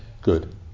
Good